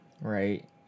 right